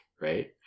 right